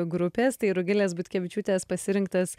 grupės tai rugilės butkevičiūtės pasirinktas